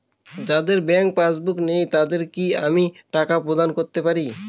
যাদের bank passbook নেই তাদের কি আমি টাকা প্রদান করতে পারি?